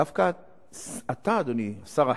דווקא אתה, אדוני שר החינוך,